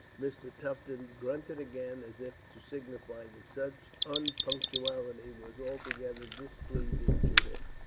mr. tufton grunted again as if to signify that such unpunctuality was altogether displeasing to him.